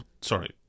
sorry